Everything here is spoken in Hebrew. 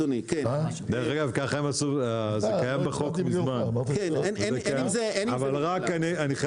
אגב ככה זה בחוק מזמן אבל מה